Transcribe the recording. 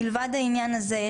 מלבד העניין הזה,